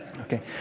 Okay